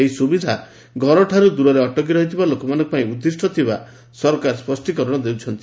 ଏହି ସୁବିଧା ଘରଠାରୁ ଦୂରରେ ଅଟକି ରହିଥିବା ଲୋକମାନଙ୍କ ପାଇଁ ଉଦ୍ଦିଷ୍ଟ ଥିବାର ସରକାର ସ୍ୱଷ୍ଟୀକରଣ ଦେଇଛନ୍ତି